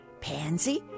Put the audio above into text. Pansy